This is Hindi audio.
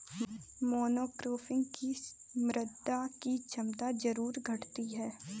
मोनोक्रॉपिंग से मृदा की क्षमता जरूर घटती है